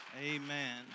Amen